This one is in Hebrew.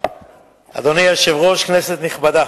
אדוני היושב-ראש, כנסת נכבדה,